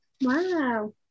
Wow